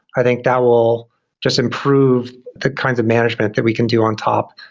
i think that will just improve the kinds of management that we can do on top.